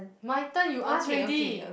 my turn you ask ready